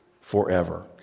forever